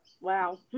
Wow